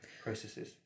processes